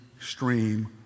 stream